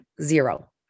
zero